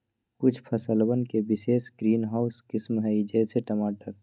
कुछ फसलवन के विशेष ग्रीनहाउस किस्म हई, जैसे टमाटर